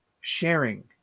Sharing